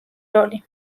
როლი